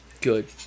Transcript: Good